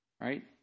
right